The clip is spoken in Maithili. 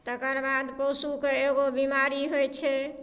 तकर बाद पशुके एगो बीमारी होइ छै